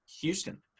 Houston